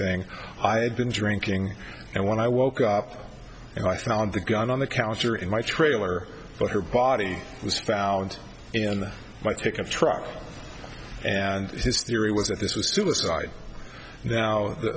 thing i've been drinking and when i woke up and i found the gun on the counter in my trailer but her body was found in my pickup truck and his theory was that this was suicide now